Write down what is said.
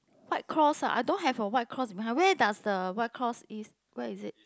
white cloth ah I don't have a white cloth in my house where does the white cloth is where is it